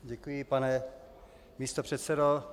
Děkuji, pane místopředsedo.